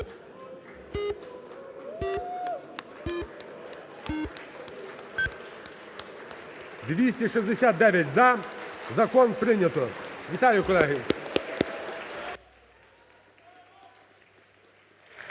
За-269 Закон прийнято. Вітаю, колеги.